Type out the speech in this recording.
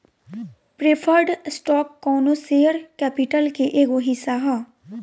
preferred stock कौनो share capital के एगो हिस्सा ह